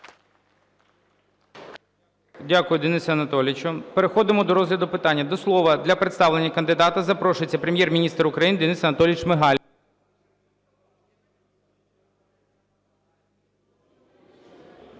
Дякую, Денис Анатолійович. Переходимо до розгляду питання. До слова для представлення кандидата запрошується Прем'єр-міністр України Денис Анатолійович Шмигаль.